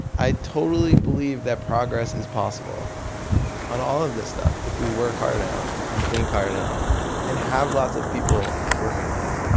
i totally believe that progress is possible on all of this stuff if we work hard enough and think hard enough and have lots of people working on it.